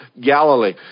Galilee